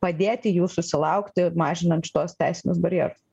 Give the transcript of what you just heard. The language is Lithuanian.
padėti jų susilaukti mažinant šituos teisinius barjerus